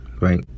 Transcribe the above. right